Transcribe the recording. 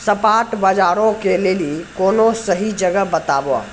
spot बजारो के लेली कोनो सही जगह बताबो